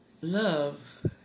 Love